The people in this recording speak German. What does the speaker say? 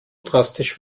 drastisch